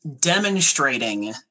demonstrating